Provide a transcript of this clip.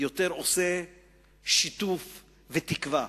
יותר עושה שיתוף ותקווה.